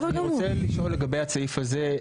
אני רוצה לשאול לגבי הסעיף הזה,